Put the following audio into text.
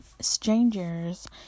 strangers